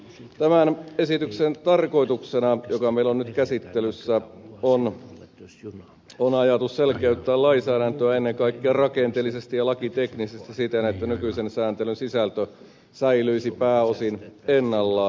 tämän esityksen tarkoituksena joka meillä on nyt käsittelyssä on ajatus selkeyttää lainsäädäntöä ennen kaikkea rakenteellisesti ja lakiteknisesti siten että nykyisen sääntelyn sisältö säilyisi pääosin ennallaan